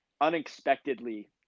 unexpectedly